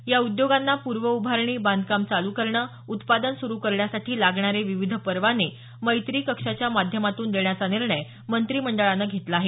या उद्योगांना पूर्व उभारणी बांधकाम चालू करणं उत्पादन सुरु करण्यासाठी लागणारे विविध परवाने मैत्री कक्षाच्या माध्यमातून देण्याचा निर्णय मंत्रिमंडळानं घेतला आहे